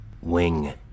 Wing